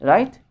Right